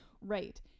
Right